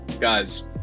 guys